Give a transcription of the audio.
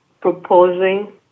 proposing